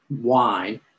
wine